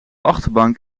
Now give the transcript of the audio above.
achterbank